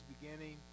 beginning